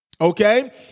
Okay